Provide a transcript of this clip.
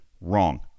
wrong